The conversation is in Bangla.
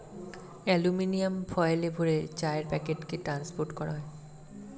অ্যালুমিনিয়াম ফয়েলে ভরে চায়ের প্যাকেটকে ট্রান্সপোর্ট করা হয়